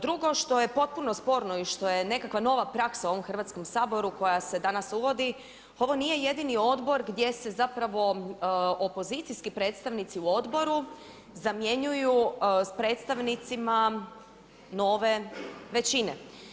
Drugo, što je potpuno sporno i što je nekakva nova praksa ovom Hrvatskom saboru, koja se danas uvodi, ovo nije jedini odbor, gdje se zapravo opozicijski predstavnici u odboru zamjenjuju sa predstavnicima nove većine.